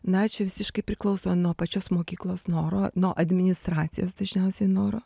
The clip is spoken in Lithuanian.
na čia visiškai priklauso nuo pačios mokyklos noro nuo administracijos dažniausiai noro